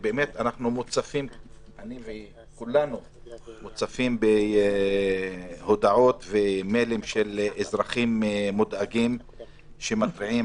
אנחנו כולנו מוצפים בהודעות ומיילים של אזרחים מודאגים שמתריעים